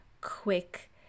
quick